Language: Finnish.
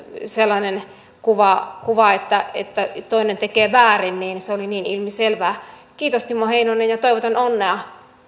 sellainen kuva että että toinen tekee väärin oli niin ilmiselvää kiitos timo heinonen ja toivotan onnea